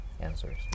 answers